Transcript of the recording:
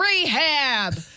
rehab